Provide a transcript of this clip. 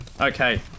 Okay